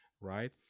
right